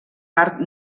part